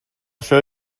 show